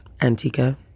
Antica